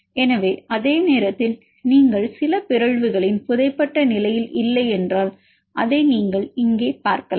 எனவே அதே நேரத்தில் நீங்கள் சில பிறழ்வுகளின் புதை பட்ட நிலையில் இல்லை என்றால் அதை நீங்கள் இங்கே பார்க்கலாம்